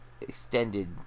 extended